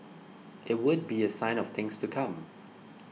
it would be a sign of things to come